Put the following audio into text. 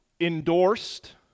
endorsed